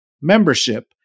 Membership